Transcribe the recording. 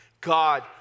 God